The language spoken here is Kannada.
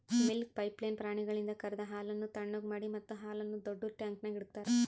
ಮಿಲ್ಕ್ ಪೈಪ್ಲೈನ್ ಪ್ರಾಣಿಗಳಿಂದ ಕರೆದ ಹಾಲನ್ನು ಥಣ್ಣಗ್ ಮಾಡಿ ಮತ್ತ ಹಾಲನ್ನು ದೊಡ್ಡುದ ಟ್ಯಾಂಕ್ನ್ಯಾಗ್ ಇಡ್ತಾರ